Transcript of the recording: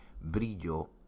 brillo